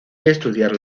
estudiar